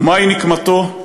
ומהי נקמתו?